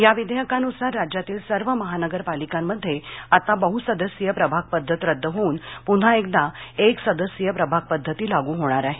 या विधेयकानूसार राज्यातील सर्व महानगर पालिकांमध्ये आता बहसदस्यीय प्रभाग पध्दत रद्द होऊन पृन्हा एकदा एक सदस्यीय प्रभाग पद्धती लागू होणार आहे